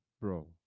bro